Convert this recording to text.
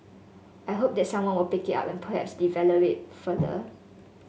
I hope that someone will pick it up and perhaps develop it further